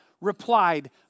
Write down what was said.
replied